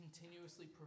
continuously